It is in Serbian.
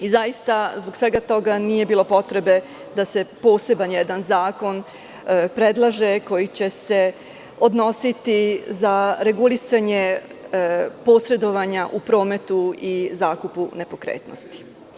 Zaista zbog svega toga nije bilo potrebe da se poseban jedan zakon predlaže koji će se odnositi za regulisanje posredovanja u prometu i zakupu nepokretnosti.